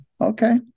Okay